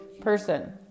person